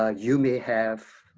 ah you may have